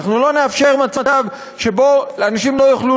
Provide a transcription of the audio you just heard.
אנחנו לא נאפשר מצב שאנשים לא יוכלו